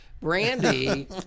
Brandy